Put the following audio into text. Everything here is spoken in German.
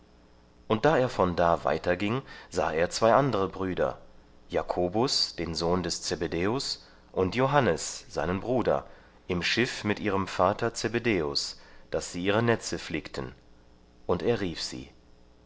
und da er von da weiterging sah er zwei andere brüder jakobus den sohn des zebedäus und johannes seinen bruder im schiff mit ihrem vater zebedäus daß sie ihre netze flickten und er rief sie